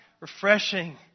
refreshing